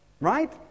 right